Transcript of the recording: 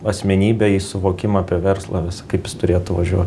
asmenybę į suvokimą apie verslą visa kaip jis turėtų važiuot